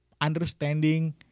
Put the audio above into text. understanding